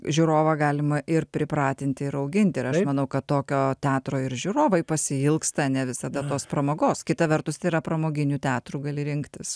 žiūrovą galima ir pripratinti ir auginti ir aš manau kad tokio teatro ir žiūrovai pasiilgsta ne visada tos pramogos kita vertus tai yra pramoginių teatrų gali rinktis